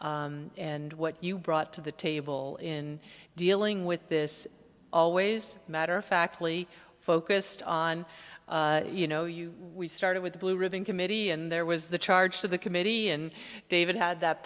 and what you brought to the table in dealing with this always matter of fact really focused on you know you we started with the blue ribbon committee and there was the charge to the committee and david had that